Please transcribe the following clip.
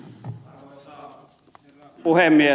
arvoisa herra puhemies